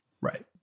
Right